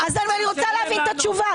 את שאלת שאלות, תאפשרי לה לענות.